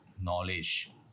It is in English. knowledge